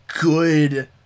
good